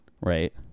Right